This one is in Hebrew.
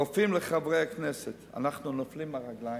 הרופאים לחברי הכנסת: "אנחנו נופלים מהרגליים".